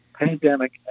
Pandemic